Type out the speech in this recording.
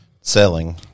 selling